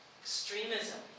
Extremism